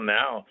now